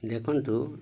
ଦେଖନ୍ତୁ